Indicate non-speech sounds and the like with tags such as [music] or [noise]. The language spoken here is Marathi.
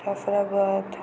[unintelligible]